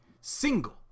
single